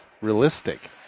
realistic